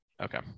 Okay